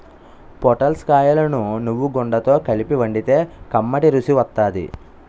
పొటల్స్ కాయలను నువ్వుగుండతో కలిపి వండితే కమ్మటి రుసి వత్తాది